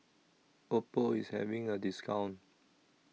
Oppo IS having A discount